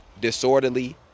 disorderly